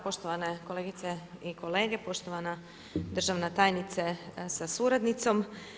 Poštovane kolegice i kolege, poštovana državna tajnice sa suradnicom.